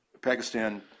Pakistan